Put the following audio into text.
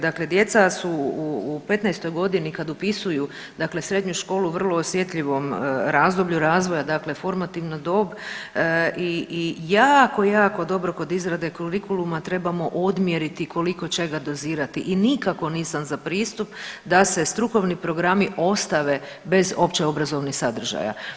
Dakle djeca su u petnaestoj godini kada upisuju, dakle srednju školu u vrlo osjetljivom razdoblju razvoja, dakle formativna dob i jako, jako dobro kod izrade kurikuluma trebamo odmjeriti koliko čega dozirati i nikako nisam za pristup da se strukovni programi ostave bez opće obrazovnih sadržaja.